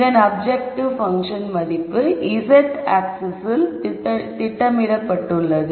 இதன் objective function மதிப்பு z திசையில் திட்டமிடப்பட்டுள்ளது